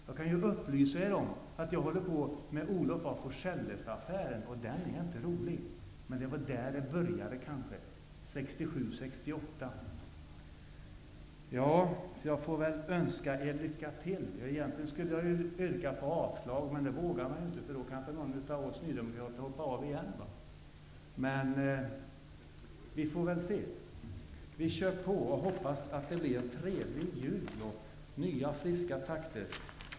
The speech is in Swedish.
Jag kan upplysa er om att jag håller på och undersöker Olof af Forselles-affären, och den är inte rolig. Men det är kanske där det hela började -- Ja, jag får väl önska er lycka till. Egentligen skulle jag yrka på avslag. Men det vågar jag inte, för då kanske ytterligare någon nydemokrat hoppar av. Vi får väl se vad som händer. Vi kör på. Jag hoppas att det blir en trevlig jul, och jag hoppas också på nya, friska takter.